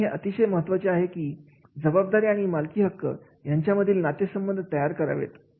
म्हणून हे अतिशय महत्त्वाचे आहे की जबाबदारी आणि मालकी हक्क यांच्यामधील नातेसंबंध तयार करावेत